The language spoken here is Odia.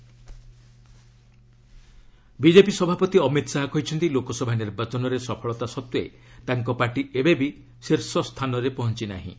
ବିଜେପି ଶାହା ବିଜେପି ସଭାପତି ଅମିତ ଶାହା କହିଛନ୍ତି ଲୋକସଭା ନିର୍ବାଚନରେ ସଫଳତା ସତ୍ତ୍ୱେ ତାଙ୍କ ପାର୍ଟି ଏବେବି ଶୀର୍ଷ ସ୍ଥାନରେ ପହଞ୍ଚି ନାହିଁ